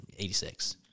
86